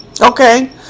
Okay